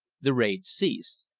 the raids ceased.